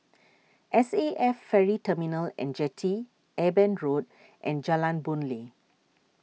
S A F Ferry Terminal and Jetty Eben Road and Jalan Boon Lay